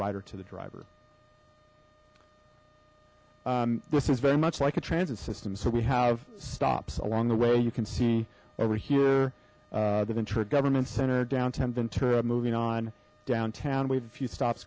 rider to the driver this is very much like a transit system so we have stops along the way you can see over here the ventura government center downtown ventura moving on downtown we've a few stops